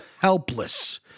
helpless